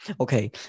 Okay